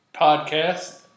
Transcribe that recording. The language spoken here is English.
podcast